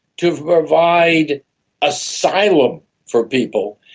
to provide asylum for people,